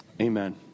Amen